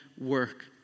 work